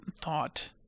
thought